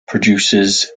produces